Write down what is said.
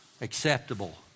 acceptable